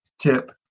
tip